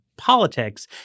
politics